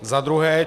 Za druhé.